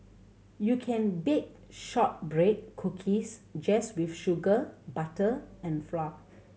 you can bake shortbread cookies just with sugar butter and flour